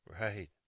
Right